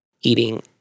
eating